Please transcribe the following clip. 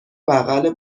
بغل